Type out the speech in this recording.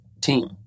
team